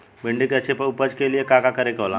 भिंडी की अच्छी उपज के लिए का का करे के होला?